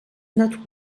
not